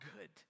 good